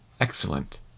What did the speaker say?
Excellent